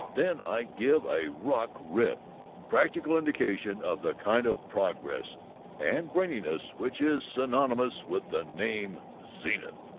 then i give a rock-ribbed practical indication of the kind of progress and braininess which is synonymous with the name zenith!